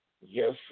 Yes